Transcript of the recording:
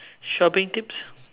shopping tips